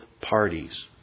parties